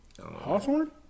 Hawthorne